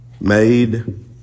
made